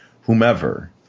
whomever